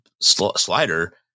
slider